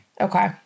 Okay